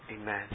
amen